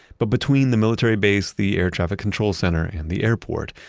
but between the military base, the air traffic control center, and the airport,